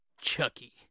Chucky